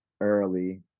early